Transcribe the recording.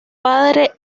padre